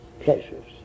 pleasures